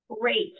Great